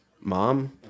mom